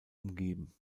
umgeben